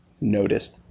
noticed